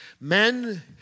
Men